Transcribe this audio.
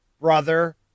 brother